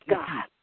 God